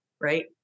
right